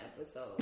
episode